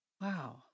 Wow